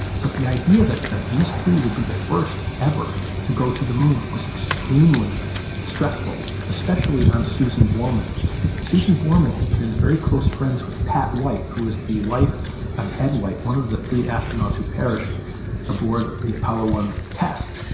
but the idea that these three would be the first ever to go to the moon was extremely stressful, especially on susan borman susan borman had been very close friends with pat white, who was the wife of ed white, one of the three astronauts who perished aboard the apollo one test.